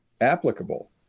applicable